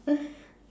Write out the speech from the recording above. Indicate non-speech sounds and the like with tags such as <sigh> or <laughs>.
<laughs>